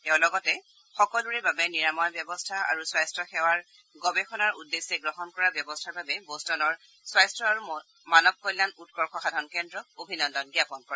তেওঁ লগতে সকলোৰে বাবে নিৰাময় ব্যৱস্থা আৰু স্বাস্থাসেৱা গৱেষণাৰ উদ্দেশ্যে গ্ৰহণ কৰা ব্যৱস্থাৰ বাবে বষ্টনৰ স্বাস্থ্য আৰু মানৱ কল্যাণ উৎকৰ্যসাধন কেন্দ্ৰক অভিনন্দন জ্ঞাপন কৰে